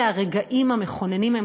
אלה הרגעים המכוננים.